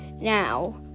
Now